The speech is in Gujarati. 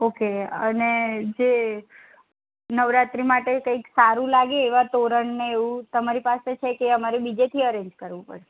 ઓકે અને જે નવરાત્રી માટે કઈક સારું લાગે એવા તોરણ ને એવું તમારી પાસે છે કે અમારે બીજે થી એરેન્જ કરવું પડસે